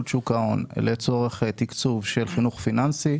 שוק ההון לצורך תקצוב של חינוך פיננסי,